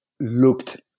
looked